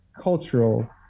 cultural